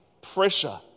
Pressure